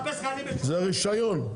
זה רישיון.